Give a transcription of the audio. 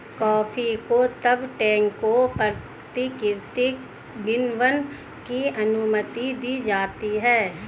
coffee को तब टैंकों प्राकृतिक किण्वन की अनुमति दी जाती है